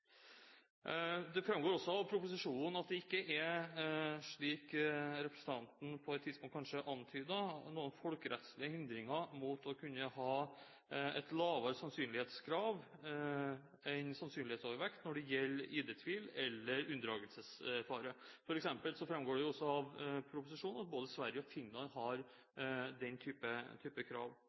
Det framgår også av proposisjonen at det ikke er, som representanten på et tidspunkt kanskje antydet, noen folkerettslige hindringer i veien for å kunne ha et lavere sannsynlighetskrav enn sannsynlighetsovervekt når det gjelder ID-tvil eller unndragelsesfare. For eksempel framgår det også av proposisjonen at både Sverige og Finland har den type krav.